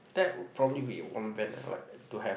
that would probably be a one van I'd like to have